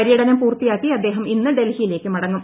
പര്യടനം പൂർത്തിയാക്കി അദ്ദേഹം ഇന്ന് ഡൽഹിയിലേക്ക് മടങ്ങും